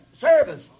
service